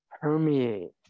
permeate